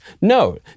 No